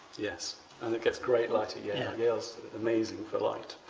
yes and it gets great light at yale. yale's amazing for light.